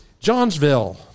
Johnsville